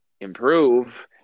improve